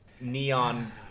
neon